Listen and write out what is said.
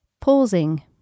pausing